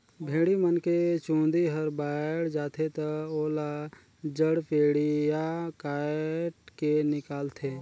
भेड़ी मन के चूंदी हर बायड जाथे त ओला जड़पेडिया कायट के निकालथे